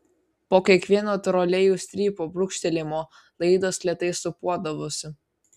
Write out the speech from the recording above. po kiekvieno trolėjaus strypo brūkštelėjimo laidas lėtai sūpuodavosi